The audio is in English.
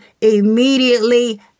immediately